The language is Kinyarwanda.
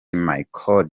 michael